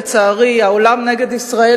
לצערי: העולם נגד ישראל,